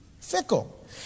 Fickle